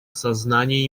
осознания